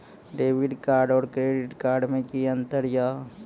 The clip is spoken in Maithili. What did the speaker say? डेबिट कार्ड और क्रेडिट कार्ड मे कि अंतर या?